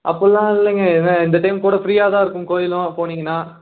அப்புல்லாம் இல்லைங்க இந்த டைம் கூட ஃப்ரீயாக தான் இருக்கும் கோயிலும் போனிங்கன்னா